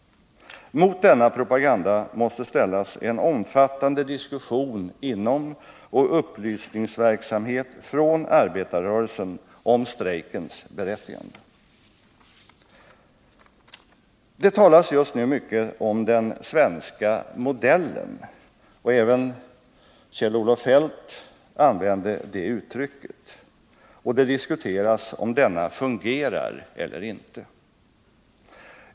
Mot denna propaganda måste ställas en omfattande diskussion inom och upplysningsverksamhet från arbetarrörelsen om strejkens berättigande. Det talas just nu mycket om ”den svenska modellen” — även Kjell-Olof Feldt använde det uttrycket — och det diskuteras om denna fungerar eller inte.